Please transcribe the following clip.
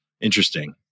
Interesting